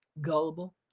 gullible